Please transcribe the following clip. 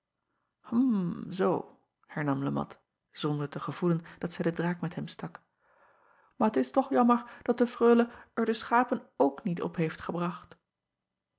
m zoo hernam e at zonder te gevoelen dat zij den draak met hem stak maar t is toch jammer dat de reule er de schapen ook niet op heeft gebracht